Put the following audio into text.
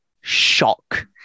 shock